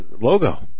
logo